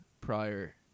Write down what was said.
prior